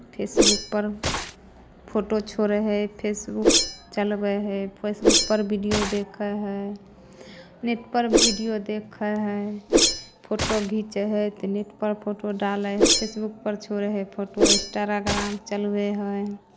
फेसबुकपर फोटो छोड़ैत हइ फेसबुक चलबै हइ फेसबुकपर वीडियो देखैत हइ नेटपर वीडियो देखैत हइ फोटो घीचैत हइ तऽ नेटपर फोटो डालै हइ फेसबुकपर छोड़ैत हइ फोटो इंस्टाग्राम चलबैत हइ